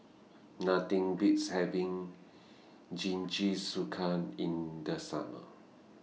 Nothing Beats having Jingisukan in The Summer